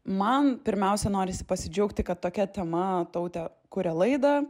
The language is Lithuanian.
man pirmiausia norisi pasidžiaugti kad tokia tema tautė kuria laidą